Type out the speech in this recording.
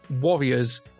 warriors